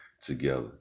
together